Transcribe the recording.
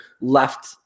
left